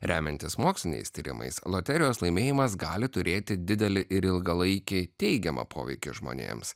remiantis moksliniais tyrimais loterijos laimėjimas gali turėti didelį ir ilgalaikį teigiamą poveikį žmonėms